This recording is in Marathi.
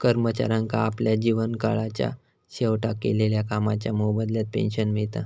कर्मचाऱ्यांका आपल्या जीवन काळाच्या शेवटाक केलेल्या कामाच्या मोबदल्यात पेंशन मिळता